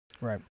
Right